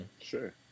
Sure